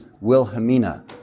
Wilhelmina